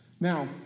Now